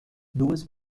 duas